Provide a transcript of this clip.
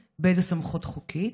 3. באיזו סמכות חוקית?